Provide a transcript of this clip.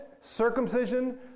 circumcision